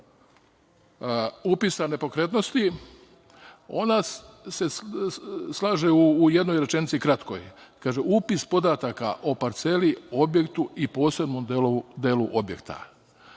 upisa nepokretnosti, ona se slaže u jednoj rečenici kratkoj. Kaže – upis podataka o parceli, objektu i posebnom delu objekta.